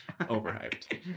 Overhyped